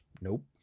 Nope